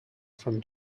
from